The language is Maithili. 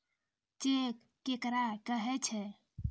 चेक केकरा कहै छै?